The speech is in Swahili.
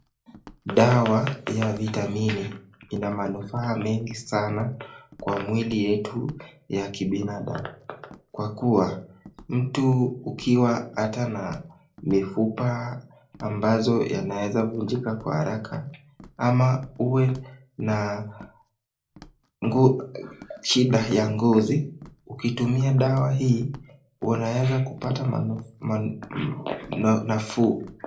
Dawa ya vitamini ina manufaa mengi sana kwa miili yetu ya kibinadamu kwa kuwa mtu ukiwa hata na mifupa ambazo yanaweza vunjika kwa haraka ama uwe na shida ya ngozi, ukitumia dawa hii unaweza kupata nafuu.